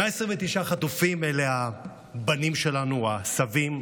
129 החטופים אלה הבנים שלנו או הסבים,